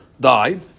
died